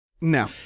No